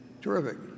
Terrific